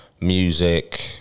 music